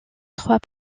trois